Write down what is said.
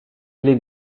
jullie